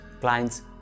clients